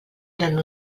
eren